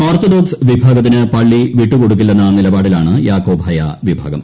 orthodox വിഭാഗ്ത്തിന് പള്ളി വിട്ടുകൊടുക്കില്ലെന്ന നിലപാടിലാണ് യാക്കോബായ വിഭാഗം